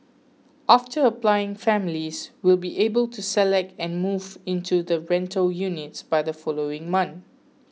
after applying families will be able to select and move into the rental units by the following month